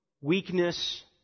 weakness